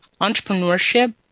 entrepreneurship